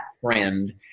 friend